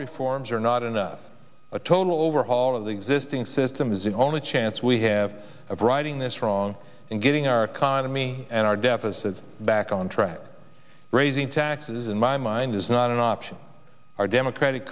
reforms are not enough a total overhaul of the existing system is the only chance we have of writing this wrong and getting our economy and our deficit back on track raising taxes in my mind is not an option our democratic